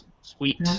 Sweet